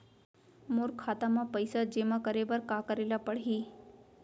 मोर खाता म पइसा जेमा करे बर का करे ल पड़ही?